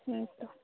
ᱦᱮᱸ ᱛᱚ